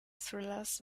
thrillers